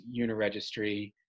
Uniregistry